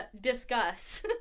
Discuss